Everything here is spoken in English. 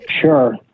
Sure